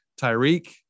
Tyreek –